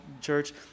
church